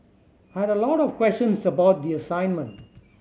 had a lot of questions about the assignment